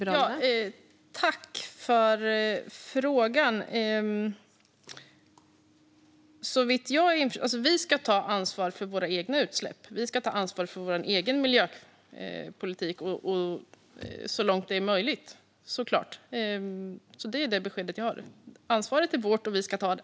Fru talman! Tack, Anna-Caren Sätherberg, för frågan! Vi ska såklart ta ansvar för våra egna utsläpp och för vår egen miljöpolitik så långt det är möjligt. Det är det besked jag har. Ansvaret är vårt, och vi ska ta det.